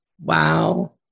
Wow